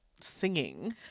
singing